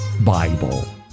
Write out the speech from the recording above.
Bible